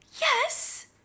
Yes